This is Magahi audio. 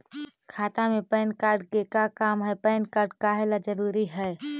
खाता में पैन कार्ड के का काम है पैन कार्ड काहे ला जरूरी है?